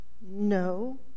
No